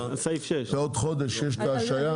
ובעוד חודש יש את ההשהיה.